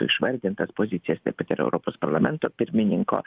išvardintas pozicijas taip pat ir europos parlamento pirmininko